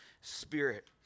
spirit